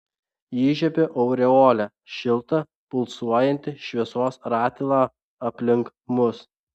įžiebiu aureolę šiltą pulsuojantį šviesos ratilą aplink mus